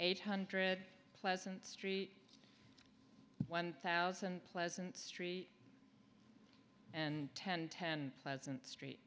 eight hundred pleasant street one thousand pleasant street and ten ten pleasant